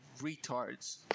retards